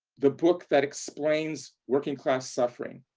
the book that explains working class suffering.